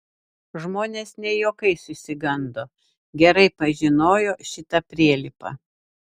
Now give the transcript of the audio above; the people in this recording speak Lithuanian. žmonės ne juokais išsigando gerai pažinojo šitą prielipą